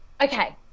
Okay